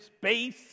space